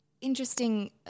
interesting